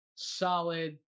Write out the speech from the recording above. solid